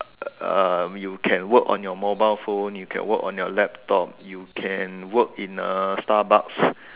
uh you can work on your mobile phone you can work on your laptop you can work in uh Starbucks